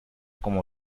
como